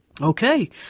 Okay